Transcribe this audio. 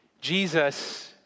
Jesus